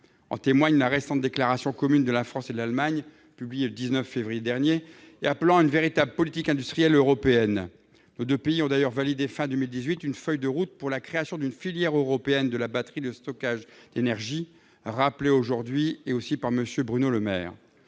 l'indique la récente déclaration commune de la France et de l'Allemagne publiée le 19 février 2019 et appelant à une véritable politique industrielle européenne. Nos deux pays ont d'ailleurs validé, à la fin de 2018, une feuille de route pour la création d'une filière européenne de la batterie de stockage d'énergie, ainsi que vous l'avez rappelé, madame